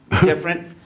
different